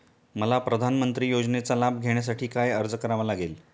मला प्रधानमंत्री योजनेचा लाभ घेण्यासाठी काय अर्ज करावा लागेल?